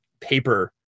paper